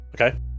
Okay